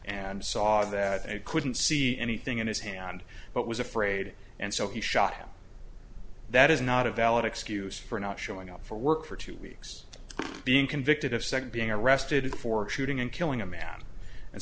and saw that he couldn't see anything in his hand but was afraid and so he shot him that is not a valid excuse for not showing up for work for two weeks being convicted of second being arrested for shooting and killing a man and